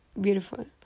beautiful